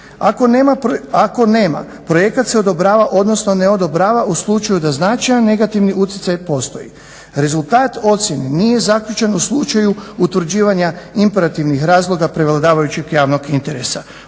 Ako nema projekat se odobrava odnosno ne odobrava u slučaju da značajan negativni utjecaj postoji. Rezultat ocjene nije zaključen u slučaju utvrđivanja imperativnih razloga prevladavajućeg javnog interesa.